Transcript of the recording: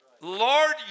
Lord